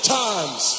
times